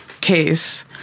case